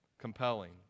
compelling